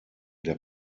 der